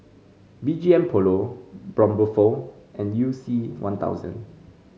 B G M Polo Braun Buffel and You C One Thousand